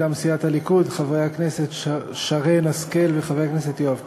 מטעם סיעת הליכוד יכהנו חברת הכנסת שרן השכל וחבר הכנסת יואב קיש,